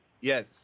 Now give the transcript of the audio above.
Yes